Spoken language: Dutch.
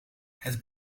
het